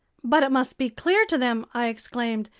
but it must be clear to them, i exclaimed,